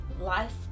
life